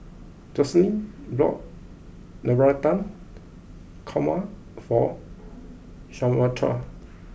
Joselin bought Navratan Korma for Samatha